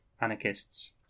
anarchists